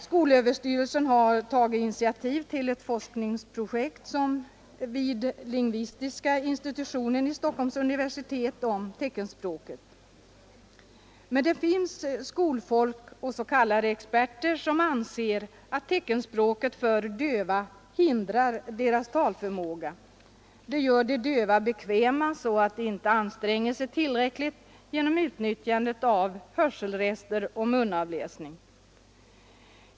Skolöverstyrelsen har tagit initiativ till ett forskningsprojekt rörande teckenspråket vid lingvistiska institutionen vid Stockholms universitet. Men det finns skolfolk och s.k. experter som anser att teckenspråket för döva hindrar deras talförmåga. Det gör de döva bekväma så att de inte anstränger sig tillräckligt att utnyttja hörselrester och munavläsning.